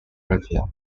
review